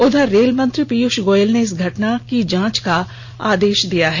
उधर रेल मंत्री पीयूष गोयल ने इस घटना की जांच का आदेष दिया है